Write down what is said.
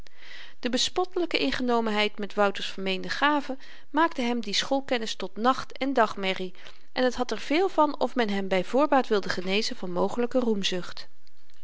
de bespottelyke ingenomenheid met wouter's vermeende gaven maakte hem die schoolkennis tot nacht en dagmerrie en t had er veel van of men hem by voorbaat wilde genezen van mogelyke